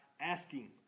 asking